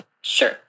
Sure